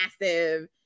massive